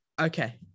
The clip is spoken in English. okay